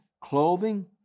clothing